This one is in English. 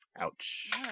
Ouch